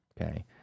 Okay